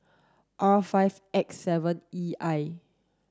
R five X seven E I